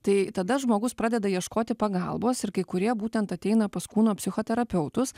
tai tada žmogus pradeda ieškoti pagalbos ir kai kurie būtent ateina pas kūno psichoterapeutus